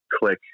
click